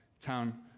town